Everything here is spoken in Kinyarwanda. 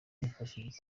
nifashishije